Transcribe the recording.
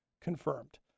confirmed